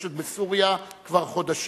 המתרחשת בסוריה כבר חודשים,